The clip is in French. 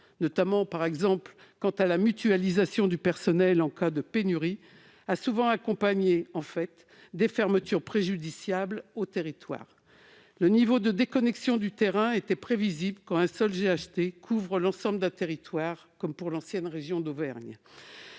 notamment en termes de mutualisation du personnel en cas de pénurie, s'est souvent accompagnée de fermetures préjudiciables aux territoires. Le niveau de déconnexion du terrain était prévisible quand un seul GHT couvre l'ensemble d'un territoire vaste comme l'ancienne région d'Auvergne